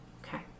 Okay